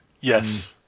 Yes